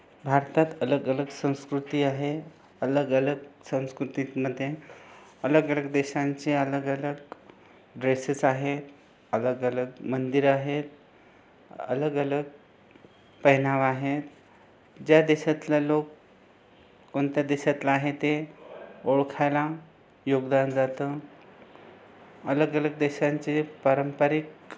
भारतात अलग अलग संस्कृती आहे अलग अलग संस्कृतीत् मध्ये अलग अलग देशांचे अलग अलग ड्रेसेस आहे अलग अलग मंदिरं आहेत् अलग अलग पेहनाव आहे ज्या देशातला लोक कोणत्या देशातला आहे ते ओळखायला योगदान जातं अलग अलग देशांचे पारंपरिक